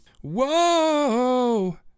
Whoa